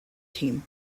team